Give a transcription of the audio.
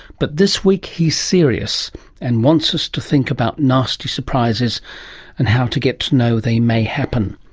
but this week he's serious and wants us to think about nasty surprises and how to get to know they may happen.